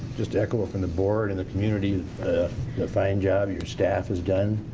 just echo up in the board and the community. the fine job your staff has done.